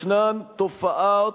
ישנן תופעות